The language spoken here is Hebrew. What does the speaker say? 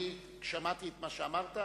שמעתי את מה שאמרת,